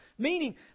Meaning